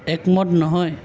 একমত নহয়